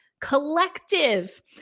collective